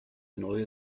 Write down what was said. neue